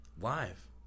live